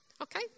Okay